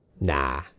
nah